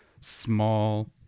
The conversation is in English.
small